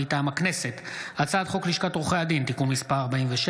הצעות חוק לדיון מוקדם,